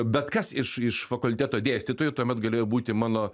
bet kas iš iš fakulteto dėstytojų tuomet galėjo būti mano